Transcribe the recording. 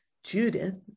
Judith